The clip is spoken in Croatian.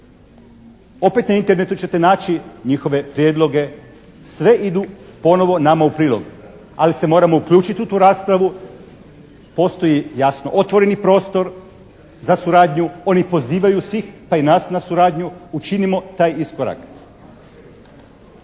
Opet na Internetu ćete naći njihove prijedloge, sve idu ponovo nama u prilog, ali se moramo uključiti u tu raspravu, postoji jasno otvoreni prostor za suradnju, oni pozivaju svih pa i nas na suradnju, učinimo taj iskorak.